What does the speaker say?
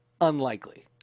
unlikely